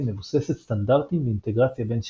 מבוססת סטנדרטים ואינטגרציה בין שירותים.